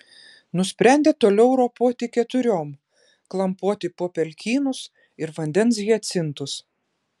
nusprendė toliau ropoti keturiom klampoti po pelkynus ir vandens hiacintus